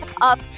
up